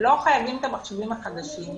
לא חייבים את המחשבים החדשים.